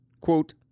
Quote